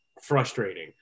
frustrating